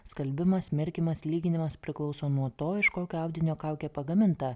skalbimas mirkymas lyginimas priklauso nuo to iš kokio audinio kaukė pagaminta